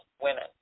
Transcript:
women